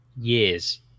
years